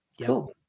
Cool